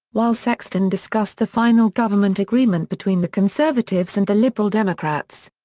while sexton discussed the final government agreement between the conservatives and the liberal democrats.